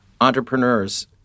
entrepreneurs